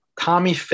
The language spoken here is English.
Tommy